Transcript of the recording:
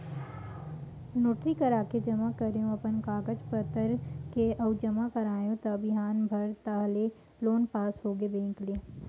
notary कराके जमा करेंव अपन कागज पतर के अउ जमा कराएव त बिहान भर ताहले लोन पास होगे बेंक ले